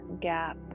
gap